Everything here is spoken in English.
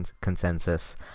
consensus